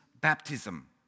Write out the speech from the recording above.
baptism